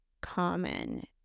common